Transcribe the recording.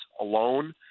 alone